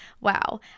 Wow